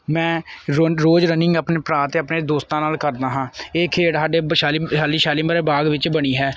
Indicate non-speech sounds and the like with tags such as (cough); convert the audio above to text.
ਮੈਂ ਰੋ ਰੋਜ਼ ਰਨਿੰਗ ਆਪਣੇ ਭਰਾ ਅਤੇ ਆਪਣੇ ਦੋਸਤਾਂ ਨਾਲ ਕਰਦਾ ਹਾਂ ਇਹ ਖੇਡ ਸਾਡੇ ਵੈਸ਼ਾਲੀ (unintelligible) ਸ਼ਾਲੀਮਰ ਬਾਗ ਵਿੱਚ ਬਣੀ ਹੈ